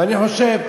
ואני חושב,